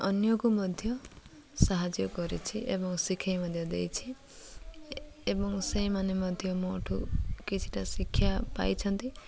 ଅନ୍ୟକୁ ମଧ୍ୟ ସାହାଯ୍ୟ କରିଛି ଏବଂ ଶିଖେଇ ମଧ୍ୟ ଦେଇଛି ଏବଂ ସେଇମାନେ ମଧ୍ୟ ମୋଠୁ କିଛିଟା ଶିକ୍ଷା ପାଇଛନ୍ତି